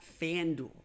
FanDuel